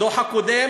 בדוח הקודם